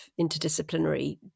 interdisciplinary